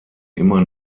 immer